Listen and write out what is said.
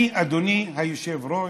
אני, אדוני היושב-ראש,